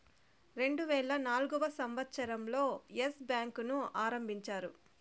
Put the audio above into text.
రెండువేల నాల్గవ సంవచ్చరం లో ఎస్ బ్యాంకు ను ఆరంభించారు